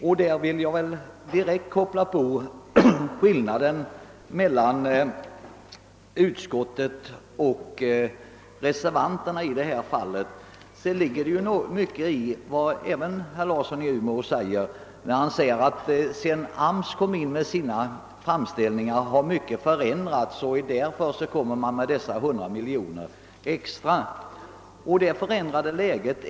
Jag vill direkt koppla på det förhållandet att skillnaden mellan utskottsmajoritetens uppfattning och reservanternas på denna punkt är obetydlig. Det ligger mycket i herr Larssons i Umeå påpekande, att sedan AMS ingivit sina framställningar har mycket förändrats. Av den anledningen begär man alltså 100 miljoner kronor extra.